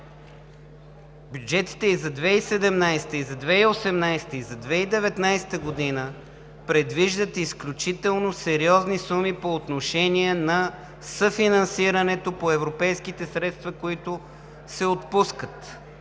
Бюджетите и за 2017 г., и за 2018 г., и за 2019 г. предвиждат изключително сериозни суми по отношение на съфинансирането по европейските средства, които се отпускат.